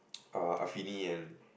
and